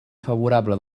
favorable